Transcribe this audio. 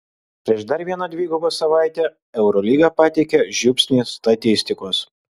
prieš dar vieną dvigubą savaitę eurolyga pateikia žiupsnį statistikos